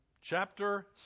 Chapter